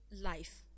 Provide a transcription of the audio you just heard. life